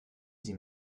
sie